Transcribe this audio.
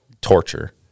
torture